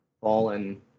fallen